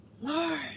lord